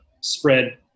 spread